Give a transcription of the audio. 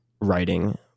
writing